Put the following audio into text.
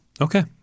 Okay